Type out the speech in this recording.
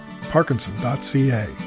Parkinson.ca